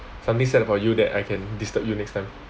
something sad about you that I can disturb you next time